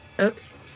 Oops